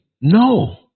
No